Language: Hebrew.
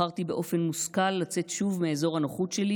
בחרתי באופן מושכל לצאת שוב מאזור הנוחות שלי